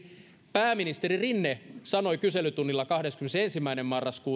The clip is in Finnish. pääministeri rinne sanoi kyselytunnilla kahdeskymmenesensimmäinen